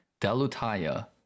Delutaya